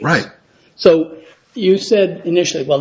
right so you said initially well